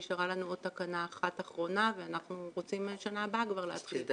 נשארה לנו עוד תקנה אחת אחרונה ואנחנו רוצים בשנה הבאה כבר להתחיל.